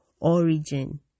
origin